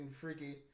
freaky